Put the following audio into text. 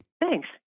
Thanks